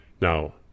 Now